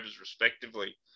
respectively